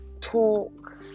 talk